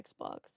Xbox